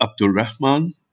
Abdulrahman